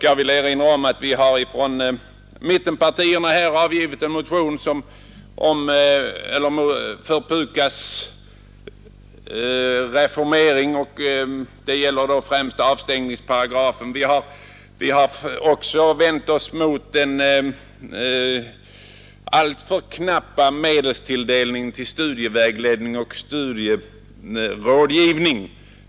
Jag vill erinra om att vi från mittenpartierna väckt en motion vari vi begär en reformering av PUKAS och då främst av avstängningsparagrafen. Vi har också vänt oss mot den alltför knappa medelstilldelningen till studievägledning och studierådgivning.